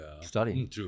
studying